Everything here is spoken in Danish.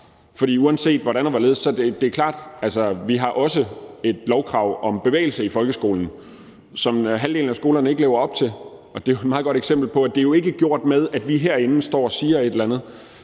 parter. Uanset hvordan og hvorledes er det klart, at vi også har et lovkrav om bevægelse i folkeskolen, men halvdelen af skolerne lever ikke op til det, og det er jo et meget godt eksempel på, at det ikke er gjort med, at vi herinde står og siger et eller andet,